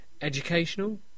Educational